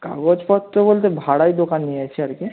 কাগজপত্র বলতে ভাড়ায় দোকান নিয়েছি আর কি